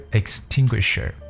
extinguisher